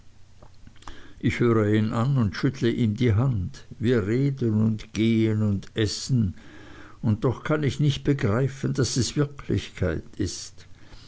ich höre ihn an und schüttle ihm die hand wir reden und gehen und essen und doch kann ich nicht begreifen daß es wirklichkeit ist